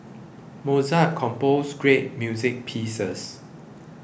Mozart composed great music pieces